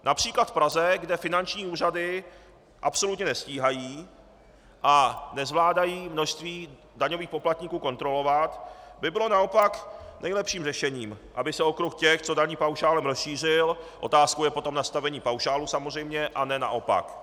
Například v Praze, kde finanční úřady absolutně nestíhají a nezvládají množství daňových poplatníků kontrolovat, by bylo naopak nejlepším řešením, aby se okruh těch, co daní paušálem, rozšířil, otázkou je potom nastavení paušálu samozřejmě, a ne naopak.